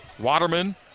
Waterman